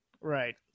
Right